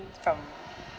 from